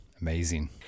Amazing